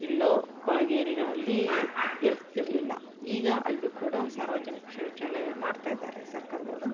ಎಲ್ಲೋ ಕೊಳೆಗೇರಿಗಳಲ್ಲಿ ಇರ್ತಿರಲಿಲ್ಲ ಈಗ ಅಲ್ಲೂ ಕೂಡ ಸಾರ್ವಜನಿಕ ಶೌಚಾಲಯ ಮಾಡ್ತಾ ಇದ್ದಾರೆ ಸರ್ಕಾರದವರು